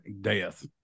death